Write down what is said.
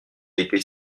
été